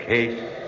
Case